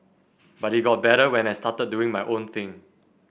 but it got better when I started doing my own thing